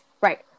Right